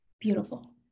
beautiful